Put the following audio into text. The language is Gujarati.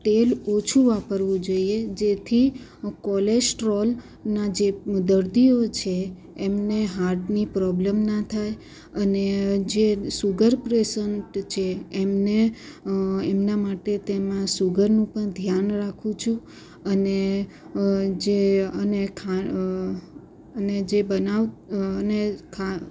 તેલ ઓછું વાપરવું જોઈએ જેથી કોલેસ્ટ્રોલના જે દર્દીઓ છે એમને હાર્ટની પ્રોબ્લેમ ના થાય અને જે સુગર પ્રેશન્ટ છે એમને એમના માટે તેમાં સુગરનું પણ ધ્યાન રાખું છું અને જે અને જે ખાં અને જે બનાવ અને ખાંડ